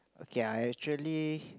okay I actually